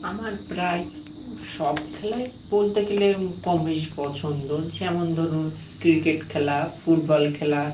আমার প্রায় সব খেলাই বলতে গেলে কম বেশি পছন্দ যেমন ধরুন ক্রিকেট খেলা ফুটবল খেলা